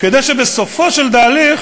כדי שבסופו של התהליך